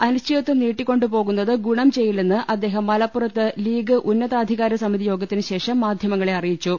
അനിശ്ചിതത്വം നീട്ടിക്കൊണ്ടുപോകുന്നത് ഗുണം ചെയ്യില്ലെന്ന് അദ്ദേഹം മലപ്പുറത്ത് ലീഗ് ഉന്നതാധികാര സമിതി യോഗത്തിനു ശേഷം മാധ്യമങ്ങളെ അറിയിച്ചു